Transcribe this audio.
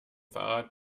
fahrrad